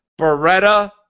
Beretta